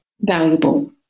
valuable